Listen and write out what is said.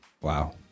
Wow